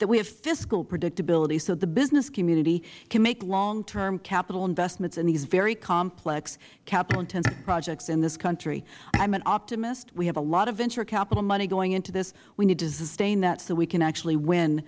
that we have fiscal predictability so the business community can make long term capital investments in these very complex capital intensive projects in this country i am an optimist we have a lot of venture capital money going into this we need to sustain that so we can actually win